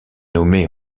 nommée